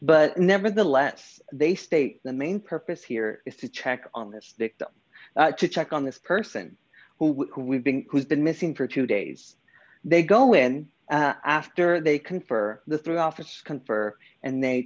but nevertheless they state the main purpose here is to check on this victim to check on this person who we've been who's been missing for two days they go in after they can for the through office confer and they